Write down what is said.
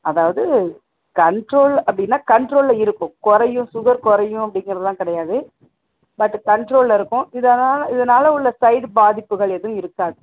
அதாவது கண்ட்ரோல் அப்படினா கண்ட்ரோலில் இருக்கும் குறையும் சுகர் குறையும் அப்படிங்குறதுலாம் கிடையாது பட் கண்ட்ரோலில் இருக்கும் இதனால் இதனால உள்ள சைடு பாதிப்புகள் எதுவும் இருக்காது